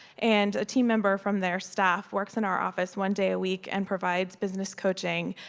and a team member from their staff works in our office one day a week and provides business coasmg.